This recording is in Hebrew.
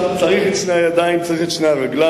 צריך את שתי הידיים, צריך את שתי הרגליים.